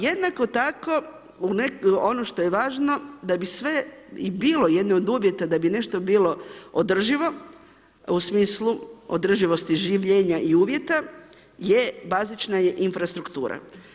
Jednako tako ono što je važno da bi sve i bilo, jedno od uvjeta da bi nešto bilo održivo u smislu održivosti življenja i uvjeta je bazična infrastruktura.